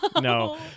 No